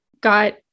got